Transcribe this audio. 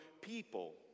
people